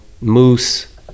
moose